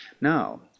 now